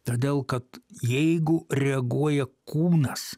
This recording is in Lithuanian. todėl kad jeigu reaguoja kūnas